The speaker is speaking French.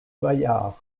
bayard